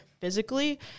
physically